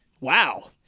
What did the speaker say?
Wow